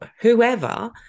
whoever